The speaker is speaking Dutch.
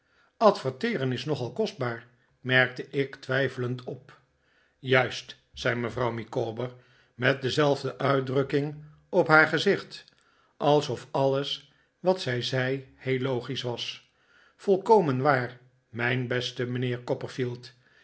adverteeren is nogal kostbaar merkte ik twijfelend op juist zei mevrouw micawber met dezelfde uitdrukking op haar gezicht alsof alles wat zij zei heel logisch was volkomen waar mijn beste mijnheer